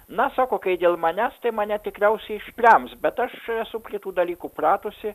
na sako kai dėl manęs tai mane tikriausiai ištrems bet aš esu prie tų dalykų pratusi